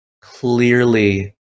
clearly